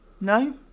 No